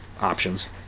options